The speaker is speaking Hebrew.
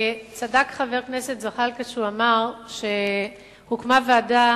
צדק חבר הכנסת זחאלקה כשאמר שהוקמה ועדה